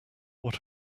what